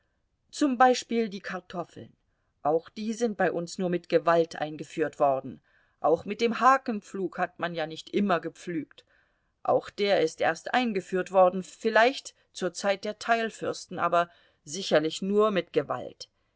zum beispiel die kartoffeln auch die sind bei uns nur mit gewalt eingeführt worden auch mit dem hakenpflug hat man ja nicht immer gepflügt auch der ist erst eingeführt worden vielleicht zur zeit der teilfürsten aber sicherlich nur mit gewalt